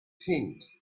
think